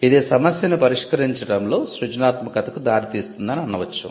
ఇది సమస్యను పరిష్కరించడంలో సృజనాత్మకతకు దారితీస్తుందని అనవచ్చు